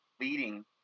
leading